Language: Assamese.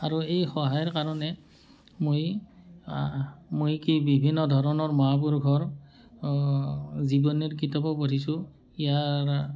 আৰু এই সহায়ৰ কাৰণে মই মই কি বিভিন্ন ধৰণৰ মহাপুৰুষৰ জীৱনীৰ কিতাপো পঢ়িছোঁ ইয়াৰ